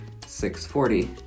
640